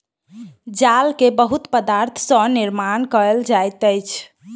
जाल के बहुत पदार्थ सॅ निर्माण कयल जाइत अछि